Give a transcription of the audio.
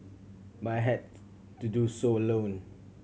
but I had to do so alone